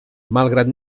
malgrat